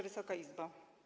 Wysoka Izbo!